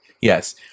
Yes